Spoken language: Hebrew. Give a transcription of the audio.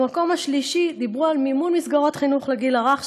במקום השלישי דיברנו על מימון מסגרות חינוך לגיל הרך,